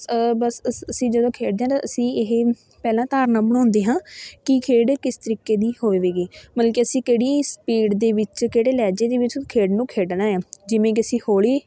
ਬਸ ਅਸ ਅਸੀਂ ਜਦੋਂ ਖੇਡਦੇ ਹਾਂ ਤਾਂ ਅਸੀਂ ਇਹ ਪਹਿਲਾਂ ਧਾਰਨਾ ਬਣਾਉਂਦੇ ਹਾਂ ਕਿ ਖੇਡ ਕਿਸ ਤਰੀਕੇ ਦੀ ਹੋਵੇਗੀ ਮਤਲਬ ਕਿ ਅਸੀਂ ਕਿਹੜੀ ਸਪੀਡ ਦੇ ਵਿੱਚ ਕਿਹੜੇ ਲਹਿਜ਼ੇ ਦੇ ਵਿੱਚ ਖੇਡ ਨੂੰ ਖੇਡਣਾ ਆ ਜਿਵੇਂ ਕਿ ਅਸੀਂ ਹੌਲੀ